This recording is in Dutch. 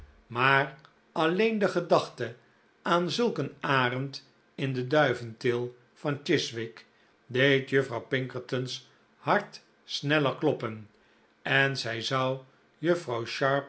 maar alleen de gedachte aan zulk een arend in de duiventil van chiswick deed juffrouw pinkerton's hart sneller kloppen en zij zou juffrouw